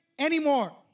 anymore